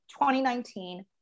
2019